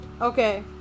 Okay